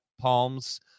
Palms